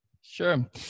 Sure